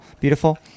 beautiful